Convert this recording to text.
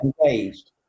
engaged